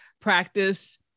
practice